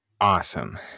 awesome